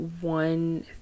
one